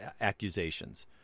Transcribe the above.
accusations